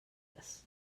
his